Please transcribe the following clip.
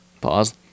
Pause